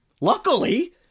luckily